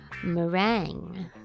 meringue